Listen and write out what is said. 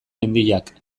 mendiak